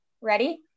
Ready